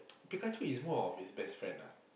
Pikachu is more of his best friend ah